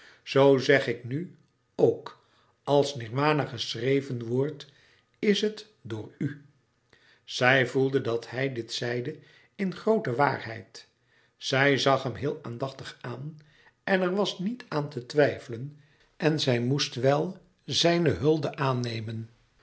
zeg ik nu ook als nirwana geschreven wordt is het dor u zij voelde dat hij dit zeide in groote waarheid zij zag hem heel aandachtig aan en er was niet aan te twijfelen en zij moest wel zijne hulde aannemen